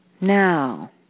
Now